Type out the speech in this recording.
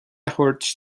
thabhairt